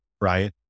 right